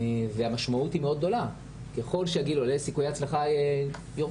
והמשמעות היא מאוד גדולה: ככל שהגיל עולה סיכויי ההצלחה יורדים.